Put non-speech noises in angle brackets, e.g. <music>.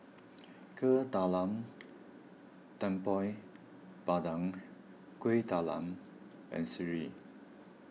<noise> Kuih Talam Tepong Pandan Kueh Talam and Sireh